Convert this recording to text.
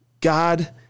God